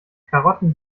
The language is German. karotten